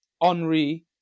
Henri